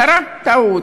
קרתה טעות.